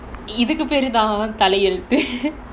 இதுக்கு பெரு தான் தலையெழுத்து:idhukku peru thaan thalaieluthu